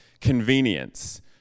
convenience